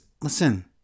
listen